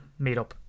meetup